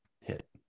hit